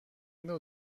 نوع